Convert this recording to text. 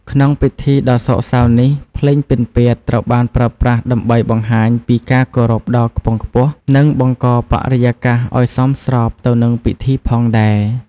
ក្នុងពិធីដ៏សោកសៅនេះ ភ្លេងពិណពាទ្យត្រូវបានប្រើប្រាស់ដើម្បីបង្ហាញពីការគោរពដ៏ខ្ពង់ខ្ពស់ និងបង្កបរិយាកាសឲ្យសមស្របទៅនឹងពិធីផងដែរ។